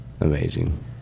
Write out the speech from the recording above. amazing